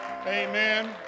Amen